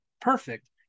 perfect